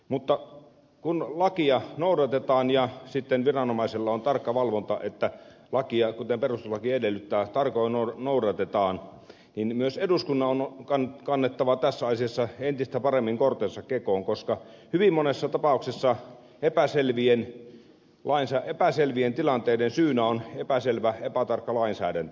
mutta kun lakia noudatetaan ja sitten viranomaisilla on tarkka valvonta että lakia kuten perustuslaki edellyttää tarkoin noudatetaan myös eduskunnan on kannettava tässä asiassa entistä paremmin kortensa kekoon koska hyvin monessa tapauksessa epäselvien tilanteiden syynä on epäselvä epätarkka lainsäädäntö